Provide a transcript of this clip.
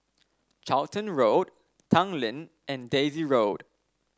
Charlton Road Tanglin and Daisy Road